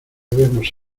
debemos